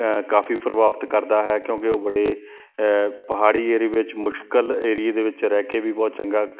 ਕਾਫ਼ੀ ਪ੍ਰਭਾਵਿਤ ਕਰਦਾ ਹੈ ਕਿਉਂਕਿ ਉਹ ਬੜੇ ਪਹਾੜੀ ਏਰੀਏ ਵਿੱਚ ਮੁਸ਼ਕਲ ਏਰੀਏ ਦੇ ਵਿੱਚ ਰਹਿ ਕੇ ਵੀ ਬਹੁਤ ਚੰਗਾ